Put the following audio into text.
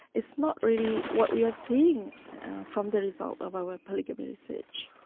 it's not really what we are seeing from the result of our polygamy research.